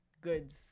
Goods